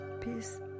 peace